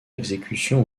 exécution